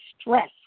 stress